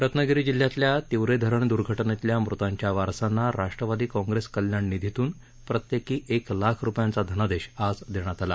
रत्नागिरी जिल्ह्यातल्या तिवरे धरण दूर्घटनेतल्या मुतांच्या वारसांना राष्ट्रवादी काँग्रेस कल्याण निधीतून प्रत्येकी एक लाख रुपयांचा धनादेश आज देण्यात आला